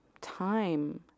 time